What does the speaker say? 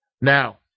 Now